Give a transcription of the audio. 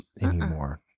anymore